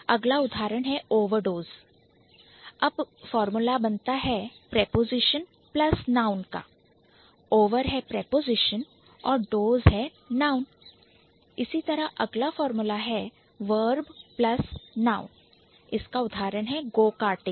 अगला उदाहरण है Overdose ओवरडोज अब फार्मूला बनता है Preposition Plus Noun preposition plus noun Over है Preposition और Dose है Noun अगला फार्मूला है Verb Plus Noun उदाहरण Go karting गो कार्टिंग